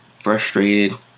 frustrated